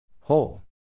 Whole